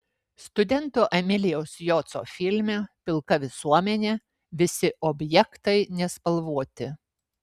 studento emilijaus joco filme pilka visuomenė visi objektai nespalvoti